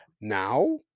Now